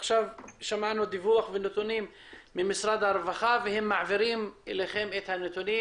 שמענו עכשיו דיווח ונתונים ממשרד הרווחה והם מעבירים אליכם את הנתונים.